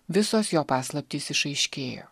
visos jo paslaptys išaiškėjo